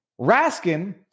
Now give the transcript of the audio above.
Raskin